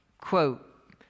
quote